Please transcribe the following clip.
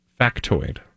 factoid